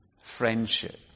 friendship